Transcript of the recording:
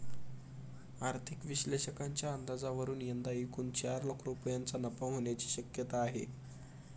आर्थिक विश्लेषकांच्या अंदाजावरून यंदा एकूण चार लाख रुपयांचा नफा होण्याची शक्यता आहे